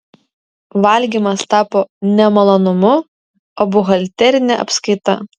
valgymas tapo ne malonumu o buhalterine apskaita